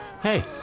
hey